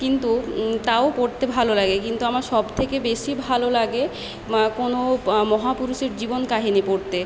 কিন্তু তাও পড়তে ভালো লাগে কিন্তু আমার সবথেকে বেশি ভালো লাগে মা কোনো মহাপুরুষের জীবন কাহিনি পড়তে